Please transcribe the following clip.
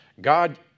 God